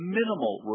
minimal